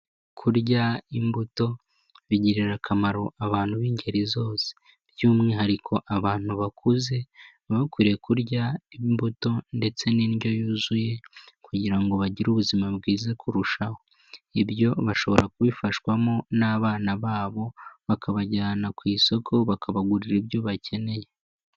Kurya imbuto bigirira akamaro abantu b'ingeri zose, by'umwihariko abantu bakuze bakwiriye kurya imbuto ndetse n'indyo yuzuye kugira ngo bagire ubuzima bwiza kurushaho, ibyo bashobora kubifashwamo n'abana babo bakabajyana ku isoko bakabagurira ibyo bakeneye.